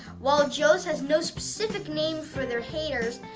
while joe's has no specific name for their haters,